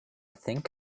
think